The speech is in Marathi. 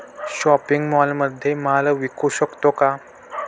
शॉपिंग मॉलमध्ये माल विकू शकतो का?